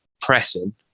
pressing